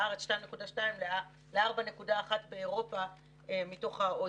בארץ 2.2 לעומת 4.1 באירופה מתוך ה-OECD.